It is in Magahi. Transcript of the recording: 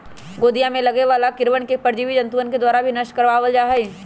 मोदीया में लगे वाला कीड़वन के परजीवी जंतुअन के द्वारा भी नष्ट करवा वल जाहई